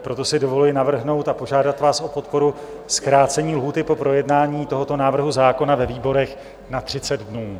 Proto si dovoluji navrhnout a požádat vás o podporu zkrácení lhůty pro projednání tohoto návrhu zákona ve výborech na 30 dnů.